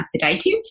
sedative